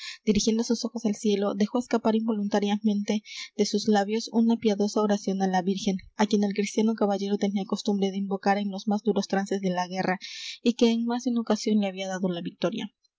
dirigiendo sus ojos al cielo dejó escapar involuntariamente de sus labios una piadosa oración á la virgen á quien el cristiano caballero tenía costumbre de invocar en los más duros trances de la guerra y que en más de una ocasión le había dado la victoria